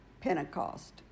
Pentecost